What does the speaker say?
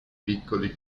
piccoli